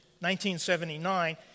1979